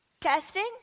testing